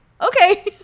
okay